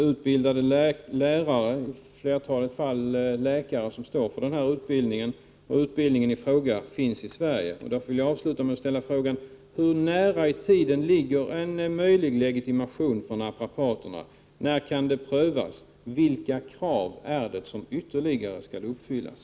Utbildade lärare — i flertalet fall läkare — står för utbildningen, och utbildningen i fråga finns i Sverige. Avslutningsvis vill jag ställa frågan: Hur nära i tiden ligger en legitimation för naprapaterna, när kan prövning ske och vilka ytterligare krav är det som skall uppfyllas?